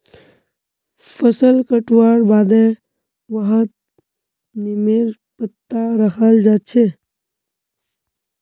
फसल कटवार बादे वहात् नीमेर पत्ता रखाल् जा छे